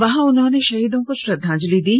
वहां उन्होंने शहीदों को श्रद्वांजलि दी